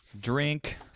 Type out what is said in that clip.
Drink